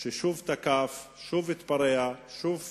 ששוב תקף, שוב התפרע, שוב